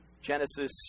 Genesis